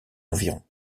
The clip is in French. environ